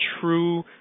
true